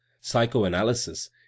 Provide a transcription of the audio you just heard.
Psychoanalysis